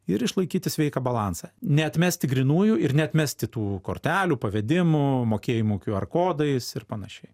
ir išlaikyti sveiką balansą neatmesti grynųjų ir neatmesti tų kortelių pavedimų mokėjimų qr kodais ir panašiai